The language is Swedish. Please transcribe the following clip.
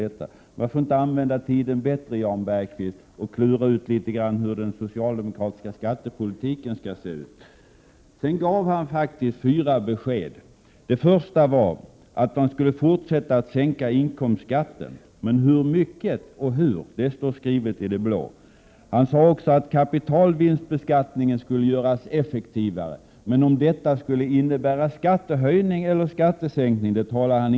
Varför inte använda tiden bättre, Jan Bergqivst, och litet grand försöka klura ut hur den socialdemokratiska skattepolitiken skall utformas? Jan Bergqvist gav faktiskt fyra besked. Det första var att socialdemokraterna skulle fortsätta med att sänka inkomstskatten. Men hur mycket och på vilket sätt, det står skrivet i det blå. Han sade också att kapitalvinstbeskattningen skall göras effektivare. Men han talade inte om ifall detta skulle innebära höjning eller sänkning av skatten.